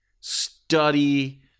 study